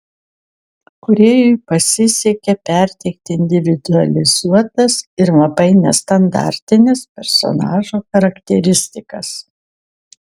kūrėjui pasisekė perteikti individualizuotas ir labai nestandartines personažų charakteristikas